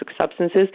substances